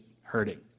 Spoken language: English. hurting